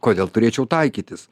kodėl turėčiau taikytis